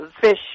fish